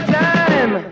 time